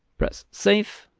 press save,